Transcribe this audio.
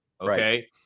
Okay